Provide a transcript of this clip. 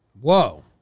Whoa